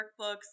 workbooks